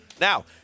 Now